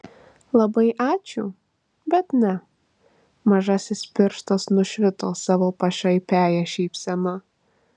labai ačiū bet ne mažasis pirštas nušvito savo pašaipiąja šypsena